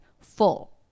full